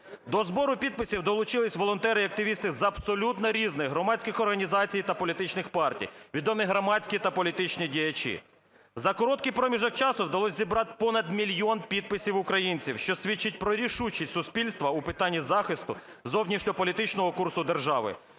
До збору підписів долучилися волонтери й активісти з абсолютно різних громадських організацій та політичних партій, відомі громадські та політичні діячі. За короткий проміжок часу вдалося зібрати понад мільйон підписів українців, що свідчить про рішучість суспільства у питанні захисту зовнішньополітичного курсу держави.